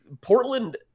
Portland